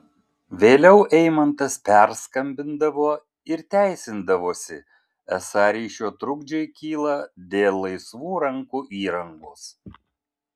vėliau eimantas perskambindavo ir teisindavosi esą ryšio trukdžiai kyla dėl laisvų rankų įrangos